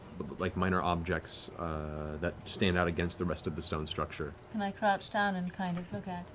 but but like minor objects that stand out against the rest of the stone structure. laura can i crouch down and kind of look at it